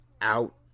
out